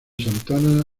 santana